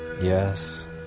Yes